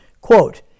quote